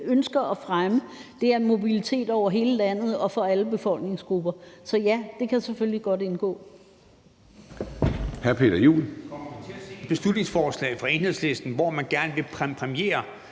ønsker at fremme, er mobilitet over hele landet og for alle befolkningsgrupper. Så ja, det kan selvfølgelig godt indgå.